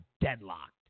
deadlocked